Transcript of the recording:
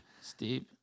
Steve